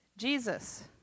Jesus